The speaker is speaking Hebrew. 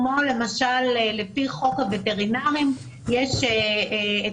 כמו למשל לפי חוק הווטרינרים יש את